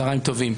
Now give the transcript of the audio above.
צוהריים טובים,